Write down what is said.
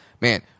Man